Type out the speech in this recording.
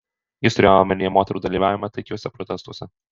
jis turėjo omenyje moterų dalyvavimą taikiuose protestuose